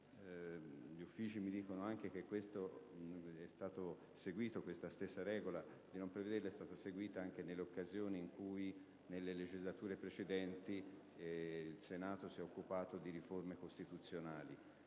gli Uffici mi dicono che questa stessa regola è stata seguita nelle occasioni in cui, nelle legislature precedenti, il Senato si è occupato di riforme costituzionali.